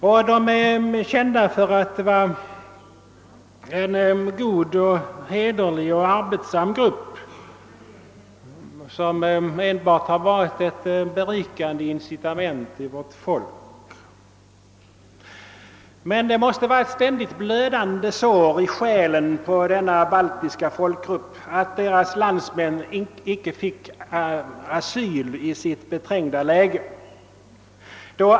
Denna grupp är känd för att vara en god och hederlig och arbetsam grupp som enbart har utgjort ett berikande incitament i vårt folk. Det måste emellertid vara ett ständigt blödande sår i själen på denna folkgrupp att deras landsmän icke fick asyl i det beträngda läget.